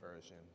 Version